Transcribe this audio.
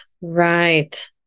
Right